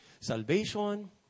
salvation